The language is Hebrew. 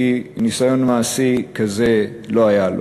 כי ניסיון מעשי כזה לא היה לו.